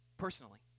personally